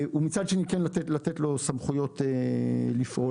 ומצד שני כן לתת לו סמכויות לפעול,